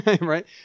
Right